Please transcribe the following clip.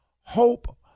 hope